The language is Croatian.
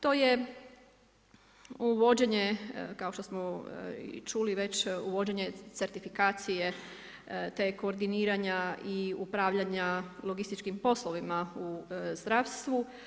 To je uvođenje kao što smo i čuli već, uvođenje certifikacije, te koordiniranja i upravljanja logističkim poslovima u zdravstvu.